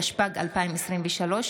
התשפ"ג 2023,